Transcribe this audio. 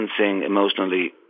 emotionally